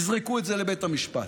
יזרקו את זה לבית המשפט,